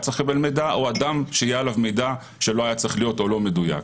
צריך לקבל מידע או אדם שיש עליו מידע שלא היה צריך להיות או לא מדויק.